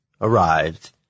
arrived